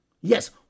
Yes